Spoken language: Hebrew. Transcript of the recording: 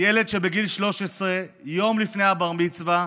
ילד שבגיל 13, יום לפני בר-המצווה,